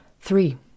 Three